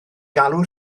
galw